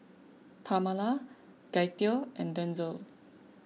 Pamala Gaither and Denzell